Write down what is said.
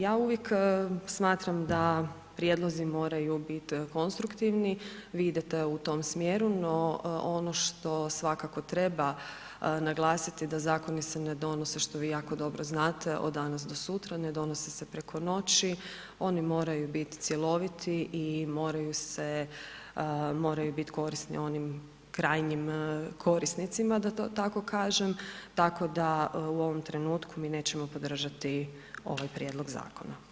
Ja uvijek smatram da prijedlozi moraju bit konstruktivni, vi idete u tom smjeru, no ono što svakako treba naglasiti, da zakoni se ne donose što vi jako dobro znate, do danas do sutra, ne donose se preko noći, oni moraju biti cjeloviti i moraju biti korisni onim krajnjim korisnicima, da to tako kažem, tako da u ovom trenutku mi nećemo podržati ovaj prijedloga zakona.